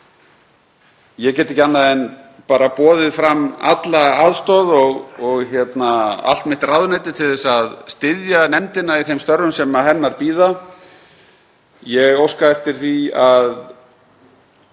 Ég get ekki annað en boðið fram alla aðstoð og allt mitt ráðuneyti til þess að styðja nefndina í þeim störfum sem hennar bíða. Ég óska eftir því að